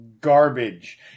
garbage